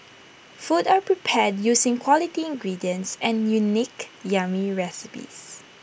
food are prepared using quality ingredients and unique yummy recipes